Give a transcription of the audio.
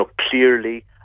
clearly